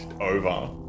over